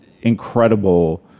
incredible